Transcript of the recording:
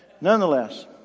Nonetheless